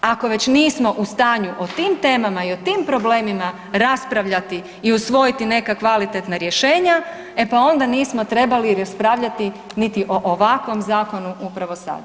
Ako već nismo u stanju o tim temama i o tim problemima raspravljati i usvojiti neka kvalitetna rješenja e pa onda nismo trebali raspravljati niti o ovakvom zakonu upravo sada.